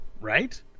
right